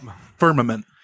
firmament